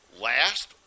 Last